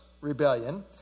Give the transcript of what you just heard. Rebellion